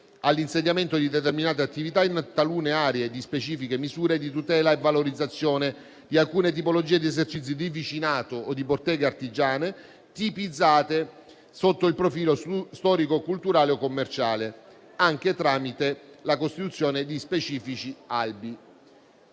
all'insediamento di determinate attività in talune aree e di specifiche misure di tutela e valorizzazione di alcune tipologie di esercizi di vicinato e di botteghe artigiane, tipizzate sotto il profilo storico, culturale o commerciale, anche tramite la costituzione di specifici albi.